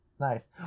Nice